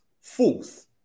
fourth